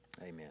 Amen